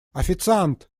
официант